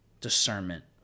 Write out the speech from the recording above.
discernment